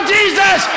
Jesus